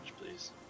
please